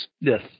Yes